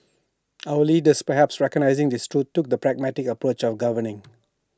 our leaders perhaps recognising this truth took the pragmatic approach of governing